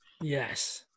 Yes